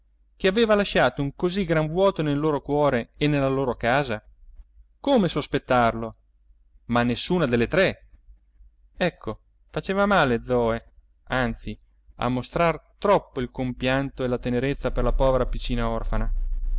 che aveva lasciato un così gran vuoto nel loro cuore e nella casa come sospettarlo ma nessuna delle tre ecco faceva male zoe anzi a mostrar troppo il compianto e la tenerezza per la povera piccina orfana